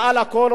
מעל הכול,